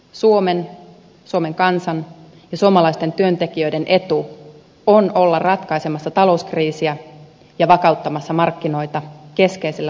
suomen suomen kansan ja suomalaisten työntekijöiden etu on olla ratkaisemassa talouskriisiä ja vakauttamassa markkinoita keskeisillä markkina alueillamme